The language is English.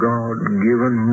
God-given